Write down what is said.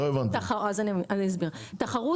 תחרות